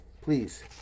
Please